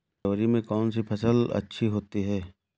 फरवरी में कौन सी फ़सल अच्छी होती है?